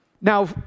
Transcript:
Now